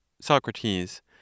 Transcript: Socrates